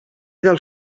del